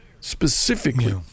specifically